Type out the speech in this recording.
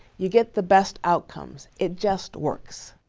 you get the best outcomes, it just works.